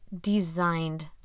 designed